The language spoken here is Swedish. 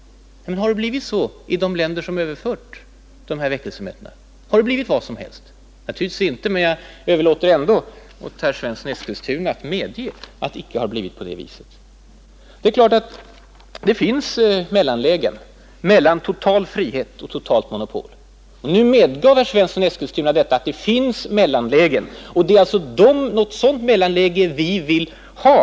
Men har det blivit så i de länder som överfört de här väckelsemötena? Har det blivit vad som helst? Naturligtvis inte — men jag överlåter ändå åt herr Svensson i Eskilstuna att medge att det icke blivit på det viset. Det är klart att det finns mellanlägen mellan total frihet och totalt monopol. Nu medgav också herr Svensson i Eskilstuna att det finns mellanlägen. Det är ett sådant mellanläge vi vill ha.